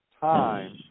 time